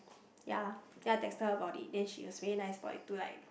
ya then I texted her about it then she was very nice about it to like